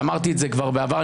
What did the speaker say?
ואמרתי את זה כבר בעבר,